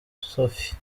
sophie